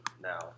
now